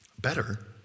Better